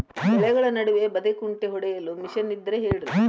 ಬೆಳೆಗಳ ನಡುವೆ ಬದೆಕುಂಟೆ ಹೊಡೆಯಲು ಮಿಷನ್ ಇದ್ದರೆ ಹೇಳಿರಿ